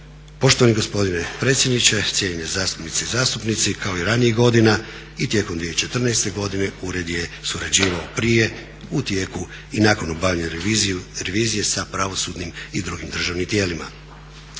Poštovani gospodine predsjedniče, cijenjene zastupnice i zastupnici kao i ranijih godina i tijekom 2014. godine ured je surađivao prije, u tijeku i nakon obavljane revizije sa pravosudnim i drugim državnim tijelima.